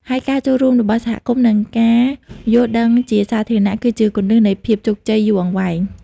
ហើយការចូលរួមរបស់សហគមន៍ និងការយល់ដឹងជាសាធារណៈគឺជាគន្លឹះនៃភាពជោគជ័យយូរអង្វែង។